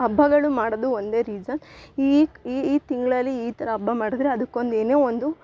ಹಬ್ಬಗಳು ಮಾಡೋದು ಒಂದೇ ರೀಸನ್ ಈ ಈ ಈ ತಿಂಗಳಲ್ಲಿ ಈ ಥರ ಹಬ್ಬ ಮಾಡಿದ್ರೆ ಅದಕೊಂದು ಏನೇ ಒಂದು